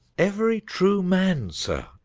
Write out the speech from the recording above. every true man, sir,